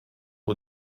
aux